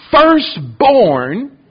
firstborn